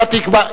אתה תקבע,